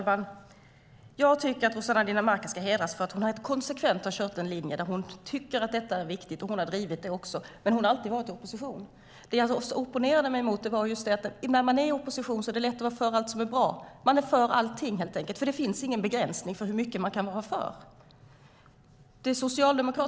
Herr talman! Rossana Dinamarca ska hedras för att hon konsekvent har kört en linje där hon tycker att detta är viktigt och drivit den, men hon har alltid varit i opposition. När man är i opposition är det lättare att vara för allt som är bra, för det finns ingen begränsning för hur mycket man kan vara för.